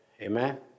Amen